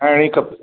छेणी खपे